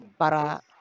Para